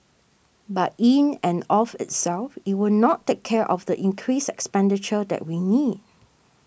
but in and of itself it will not take care of the increased expenditure that we need